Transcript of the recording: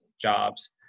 jobs